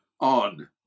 On